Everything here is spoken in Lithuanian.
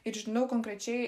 ir žinau konkrečiai